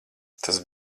tas